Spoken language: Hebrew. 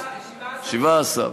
17 ימים.